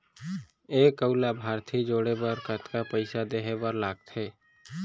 एक अऊ लाभार्थी जोड़े बर कतका पइसा देहे बर लागथे?